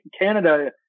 Canada